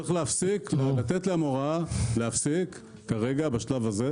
צריך לתת להם הוראה להפסיק בשלב זה,